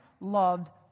loved